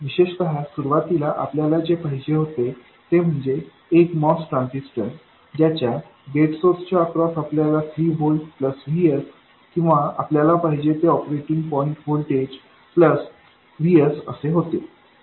विशेषतः सुरुवातीला आपल्याला जे पाहिजे होते ते म्हणजे एक MOS ट्रान्झिस्टर ज्याच्या गेट सोर्स च्या अक्रॉस आपल्याला 3 व्होल्ट प्लसVSकिंवा आपल्याला पाहिजे ते ऑपरेटिंग पॉईंट व्होल्टेज प्लस VSअसे होते